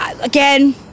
Again